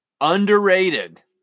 underrated